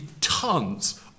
tons